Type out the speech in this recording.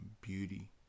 beauty